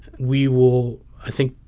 we will, i think,